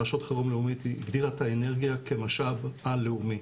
רשות חירום לאומית הגדירה את האנרגיה כמשאב על לאומי,